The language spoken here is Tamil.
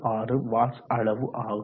26 வாட்ஸ் அளவு ஆகும்